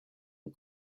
you